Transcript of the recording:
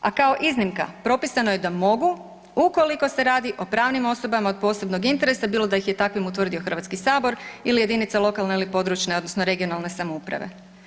A kao iznimka propisano je da mogu ukoliko se radi o pravnim osobama od posebnog interesa, bilo da ih je takvim utvrdio HS ili jedinica lokalne ili područne odnosno regionalne samouprave.